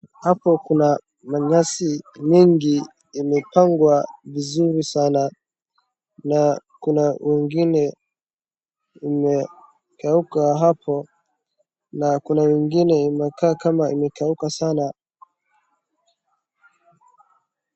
Hapo kuna manyasi mingi imepangwa vizuri sana na kuna ingine imekauka hapo na kuna ingine imekaa kama imekauka sana.